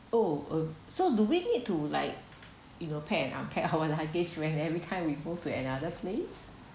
oh uh so do we need to like you know packed and unpacked our luggage when everytime we moved to another place